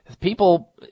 People